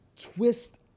twist